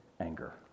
anger